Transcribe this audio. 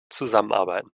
zusammenarbeiten